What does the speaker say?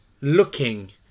looking